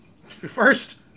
first